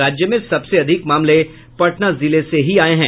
राज्य में सबसे अधिक मामले पटना जिले से आये हैं